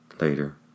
later